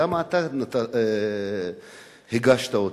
למה אתה הגשת אותו?